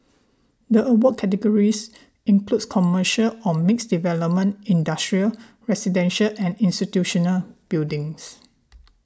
the award categories include commercial or mixed development industrial residential and institutional buildings